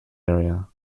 area